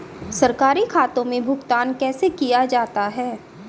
सरकारी खातों में भुगतान कैसे किया जाता है?